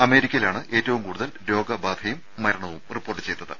അമേരിക്കയിലാണ് ഏറ്റവും കൂടുതൽ രോഗബാധയും മരണവും റിപ്പോർട്ട് ചെയ്തത്